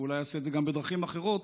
ואולי אעשה את זה גם בדרכים אחרות,